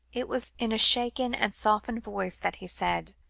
it was in a shaken and softened voice that he said